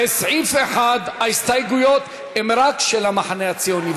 לסעיף 1 ההסתייגויות הן רק של המחנה הציוני.